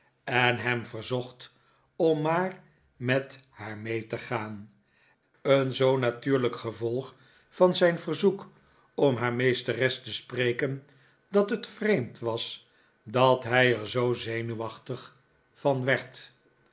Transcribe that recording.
en hem verzocht om maar met haar mee te gaan een zoo natuurlijk gevolg van zijn verzoek om haar meesteres te spreken dat het vreemd was dat hij er zoo zenuwachtig van werd